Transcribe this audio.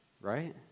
right